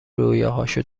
رویاهاشو